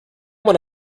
man